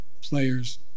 players